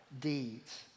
deeds